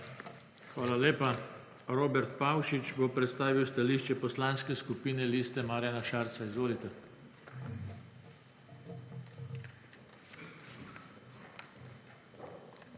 Hvala lepa. Robert Pavšič bo predstavil stališče Poslanske skupine Liste Marjana Šarca. Izvolite. **ROBERT